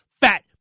fat